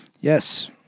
Yes